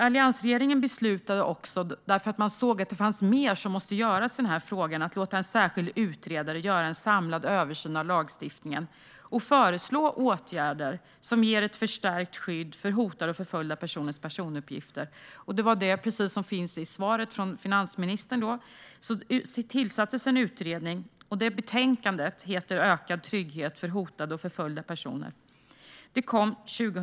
Alliansregeringen beslutade också, eftersom man såg att mer måste göras i denna fråga, att låta en särskild utredare göra en samlad översyn av lagstiftningen och föreslå åtgärder som ger ett förstärkt skydd för hotade och förföljda personers personuppgifter. Det var just detta som nämndes i svaret från finansministern. En utredning tillsattes alltså, och betänkandet heter Ökad trygghet för hotade och förföljda personer .